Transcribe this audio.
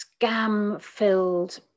scam-filled